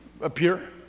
appear